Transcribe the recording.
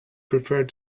preferred